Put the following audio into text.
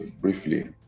briefly